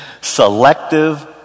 Selective